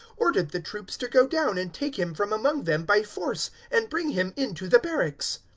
ordered the troops to go down and take him from among them by force and bring him into the barracks.